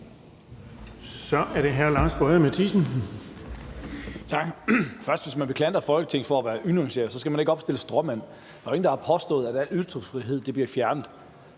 Først vil jeg sige, at hvis man vil klandre Folketinget for at være unuanceret, skal man ikke opstille en stråmand. Der er jo ingen, der har påstået, at al ytringsfrihed bliver fjernet.